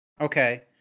okay